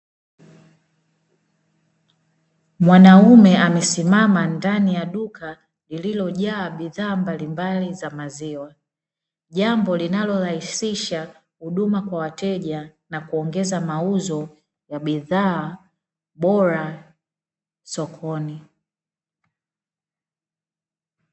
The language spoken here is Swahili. Mwanaume amesimama ndani ya duka lililojaa bidhaa mbalimbali za maziwa jambo linalorahisisha huduma kwa wateja na kuongeza mauzo ya bidhaa bora sokoni.